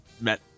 Met